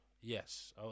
yes